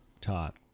taught